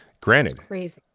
Granted